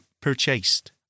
purchased